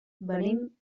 venim